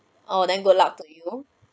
oh then good luck to you